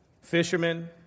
Fishermen